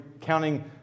counting